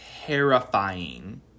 terrifying